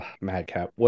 Madcap